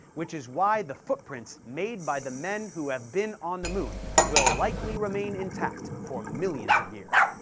which is why the footprints made by the men who have been on the moon will likely remain intact for millions of years.